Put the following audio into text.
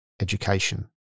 education